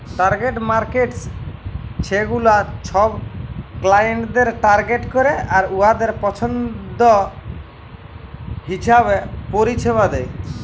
target markets ছেগুলা ছব ক্লায়েন্টদের টার্গেট ক্যরে আর উয়াদের পছল্দ হিঁছাবে পরিছেবা দেয়